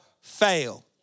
fail